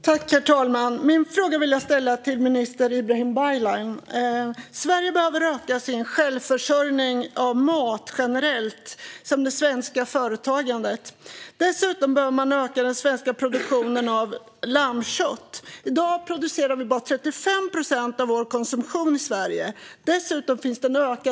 Herr talman! Min fråga vill jag ställa till näringsminister Ibrahim Baylan. Sverige behöver öka sin självförsörjning av mat såväl som företagandet generellt. Dessutom behöver vi öka den svenska produktionen av lammkött. I dag producerar vi bara 35 procent av vår konsumtion i Sverige.